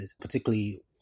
particularly